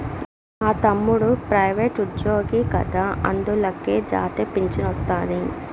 మా తమ్ముడు ప్రైవేటుజ్జోగి కదా అందులకే జాతీయ పింఛనొస్తాది